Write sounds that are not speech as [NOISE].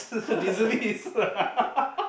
[LAUGHS]